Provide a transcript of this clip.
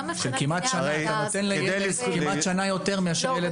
אתה נותן לילד כמעט שנה יותר מאשר ילד אחר.